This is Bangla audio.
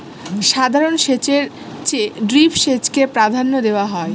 সাধারণ সেচের চেয়ে ড্রিপ সেচকে প্রাধান্য দেওয়া হয়